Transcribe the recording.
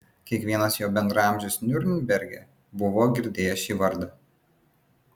kiekvienas jo bendraamžis niurnberge buvo girdėjęs šį vardą